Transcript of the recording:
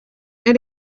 and